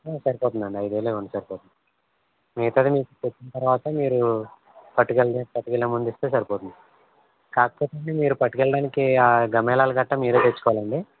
సరిపోతుందండి ఐదు వేలు ఇవ్వండి సరిపోతుంది మిగతాది మీరు వచ్చిన తర్వాత మీరూ పట్టుకెళ్ళే పట్టుకెళ్ళే ముందు ఇస్తే సరిపోతుంది కాకపొతే అండి మీరు పట్టుకెళ్ళడానికి గమేళాలు గట్రా మీరే తెచ్చుకోవాలండి